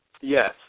Yes